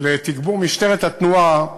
לתגבור משטרת התנועה,